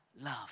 love